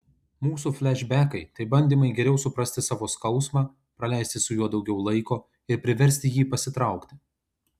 mūsų flešbekai tai bandymai geriau suprasti savo skausmą praleisti su juo daugiau laiko ir priversti jį pasitraukti